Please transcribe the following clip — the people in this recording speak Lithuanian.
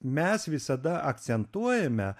mes visada akcentuojame